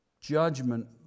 judgment